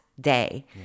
day